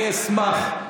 אני אשמח.